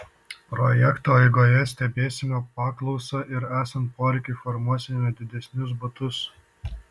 projekto eigoje stebėsime paklausą ir esant poreikiui formuosime didesnius butus